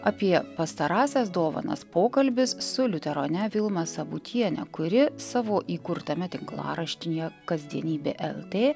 apie pastarąsias dovanas pokalbis su liuterone vilma sabutiene kuri savo įkurtame tinklaraštyje kasdienybė lt